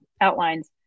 outlines